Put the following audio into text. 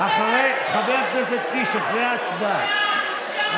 אחרי ההצבעה.